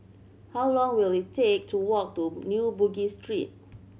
how long will it take to walk to New Bugis Street